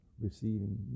receiving